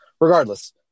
regardless